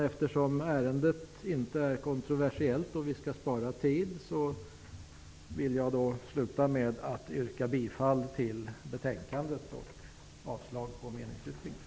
Eftersom ärendet inte är kontroversiellt, och vi skall spara tid, yrkar jag avslutningsvis bifall till utskottets hemställan och avslag på meningsyttringen.